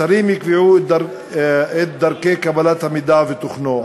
השרים יקבעו את דרכי קבלת המידע ותוכנו.